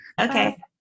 okay